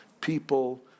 people